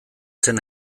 zen